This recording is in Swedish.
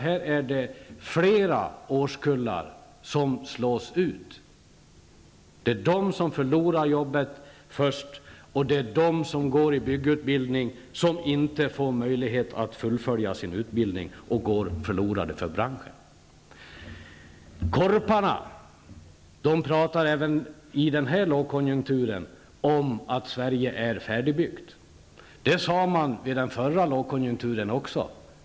Här slås flera årskullar ut. Det är först de som förlorar jobbet och sedan är det de som får byggutbildning men som inte kan fullfölja sin utbildning utan går förlorade för branschen. Korparna pratar även i den här lågkonjunkturen om att Sverige är färdigbyggt. Det sade man under den förra lågkonjunkturen också.